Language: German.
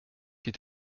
die